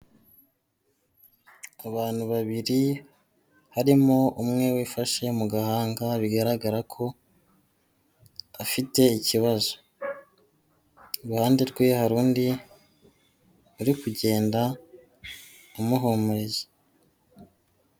Abantu babiri harimo umwe wifashe mu gahanga, bigaragara ko afite ikibazo, iruhande rwe hari undi uri kugenda amuhumuriza.